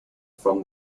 from